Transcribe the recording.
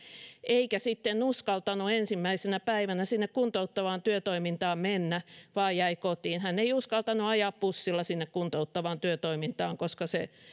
eikä sitten uskaltanut ensimmäisenä päivänä sinne kuntouttavaan työtoimintaan mennä vaan jäi kotiin hän ei uskaltanut ajaa bussilla sinne kuntouttavaan työtoimintaan koska se bussimatka